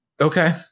Okay